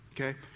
Okay